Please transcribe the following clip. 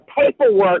paperwork